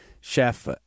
chef